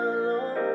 alone